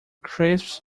crisps